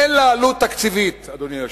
אין לה עלות תקציבית, אדוני היושב-ראש.